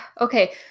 okay